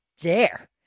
Dare